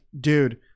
dude